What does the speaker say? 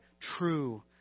true